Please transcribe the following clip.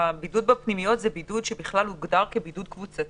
הבידוד בפנימיות הוא בידוד שבכלל הוגדר כבידוד קבוצתי,